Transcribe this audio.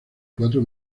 cuatro